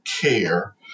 care